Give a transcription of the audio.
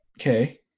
Okay